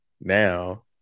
now